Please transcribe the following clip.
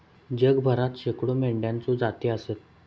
जगभरात शेकडो मेंढ्यांच्ये जाती आसत